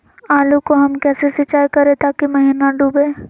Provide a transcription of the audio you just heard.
आलू को हम कैसे सिंचाई करे ताकी महिना डूबे?